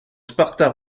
sparta